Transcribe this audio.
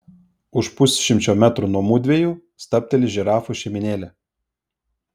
už pusšimčio metrų nuo mudviejų stabteli žirafų šeimynėlė